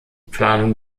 planung